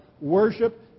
worship